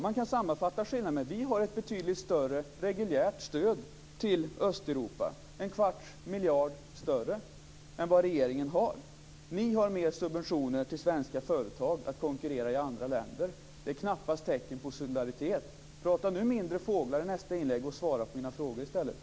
Man kan sammanfatta skillnaderna så här: Vi har ett betydligt större reguljärt stöd till Östeuropa, en kvarts miljard större, än vad regeringen har. Ni har mer subventioner till svenska företag att konkurrera i andra länder. Det är knappast tecken på solidaritet. Prata mindre fåglar i nästa inlägg och svara på mina frågor i stället.